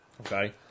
okay